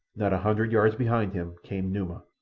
not a hundred yards behind him came numa.